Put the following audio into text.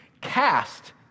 Cast